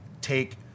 take